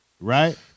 Right